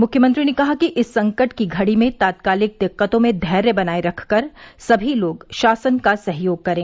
मुख्यमंत्री ने कहा कि इस संकट की घड़ी में तात्कालिक दिक्कतों में धैर्य बनाये रख कर सभी लोग शासन का सहयोग करें